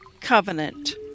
covenant